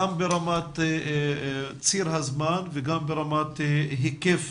גם ברמת ציר הזמן וגם ברמת היקף